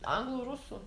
anglų rusų